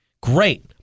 Great